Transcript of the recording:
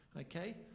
Okay